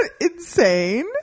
insane